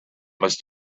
must